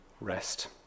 rest